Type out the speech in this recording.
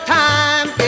time